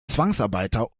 zwangsarbeiter